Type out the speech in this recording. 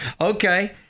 Okay